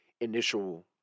initial